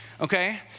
okay